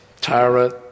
tyrant